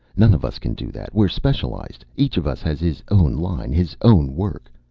none of us can do that. we're specialized. each of us has his own line, his own work.